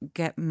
get